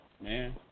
Man